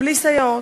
בלי סייעות.